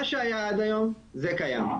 מה שהיה עד היום, זה קיים.